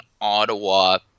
Ottawa